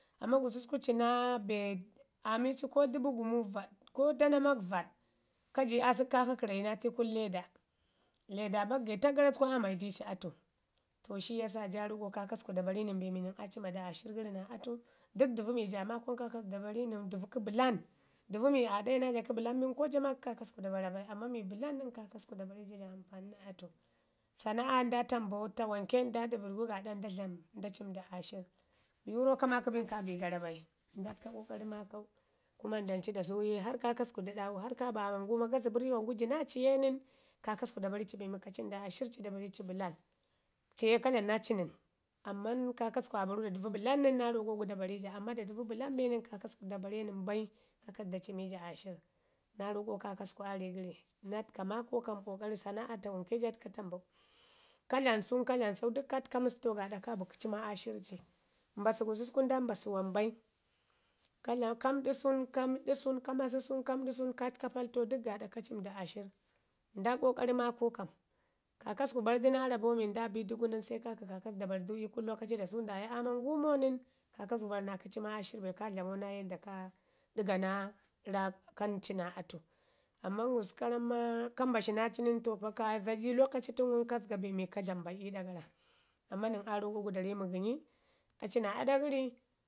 amman gususku ci nar amii ci ko dubu gumu vaɗ ko danamak vaɗ kaji asək ka kakəra yi naa atu ii leda, leda bak getak gara aa mayi diici atu, to shi yasa ja roƙo kaakasku da bari. Dək dəvu mii ja maakau kaakasku do bareja nən dəvu kə bəlan, dəvu mi aa ɗayi naa ja kə bəlan bin ko ja maakusku da bara bai amman mii bəlan nən kaakasku da bare ja ja dlamu ampani naa atu sana'a nda tambau, tawanki nda ɗəbəɗ gu gaaɗa nda dlami gaaɗa nda cimi aashirr, biwu rro ka maaki bin kaa bi gara bai. Nda təka ƙokari maakau, kuma ndanci dasuye harr kaakasku da ɗaami harr kaabi aaman guuma, gazbərr yuwan guji naa ciye nən, kaakasku da bare ci be mi kaa cima du aashirr ci da bari ci bəlan, ciye ka dlami naa ci nən, amman kaakasku aa baru da dəvu bəlan nən ma roƙa da bari ja amman da dəvu bəlan binən kaakasku da bare nən bai kaakasku da cime ja aashirr. Naa roko kaakasku aa ri gəri naa təka maakau kam sanaa taman ke ja təka tambau, ka dlamu sun ka dlami sau dək ka təko məstau gaaɗa kabi kə cima aashirr ci. Mbasu gususku nda mbasu wam bai, ka dlam ka məɗlu sun ka məɗu sun ka masu sun ka məɗu sun ka təka paltau dək gaaɗu ka cimu du aashirn. Nda ƙoƙari maakau kami kaakasku baru du naa rabo mii nda bi dugu nən se kai ki kaakasku da bari du dasu nda ye aaman guumo nən, kaakasku bari naa kə cima aashirr be kaa dlamau naa yanda kaa ɗəga naa ra kan ci naa atu. Amman gusku ka ramu maa ka mbashi naa ci nən to pa ka zaji lokaci tənu ka zəga be mii ka dlamo bai iiɗa gara, amman nən aa roƙo gu dari məgənyi, aci naa aɗa gəri